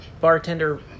bartender